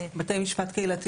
עבודות שירות, בתי משפט קהילתיים.